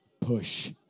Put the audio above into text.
push